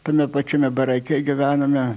tame pačiame barake gyvenome